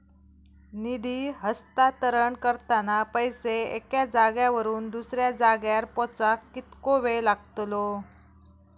निधी हस्तांतरण करताना पैसे एक्या जाग्यावरून दुसऱ्या जाग्यार पोचाक कितको वेळ लागतलो?